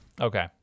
Okay